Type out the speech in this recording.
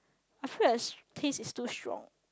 I feel that the taste is too strong